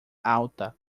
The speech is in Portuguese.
alta